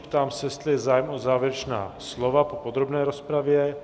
Ptám se, jestli je zájem o závěrečná slova po podrobné rozpravě?